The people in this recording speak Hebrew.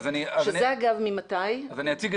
ממתי?